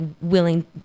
willing